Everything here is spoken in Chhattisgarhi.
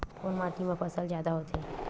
कोन माटी मा फसल जादा होथे?